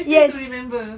I try to remember